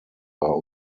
war